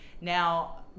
Now